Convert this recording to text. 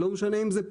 לא משנה אם זה פלילי,